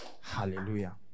Hallelujah